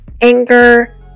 anger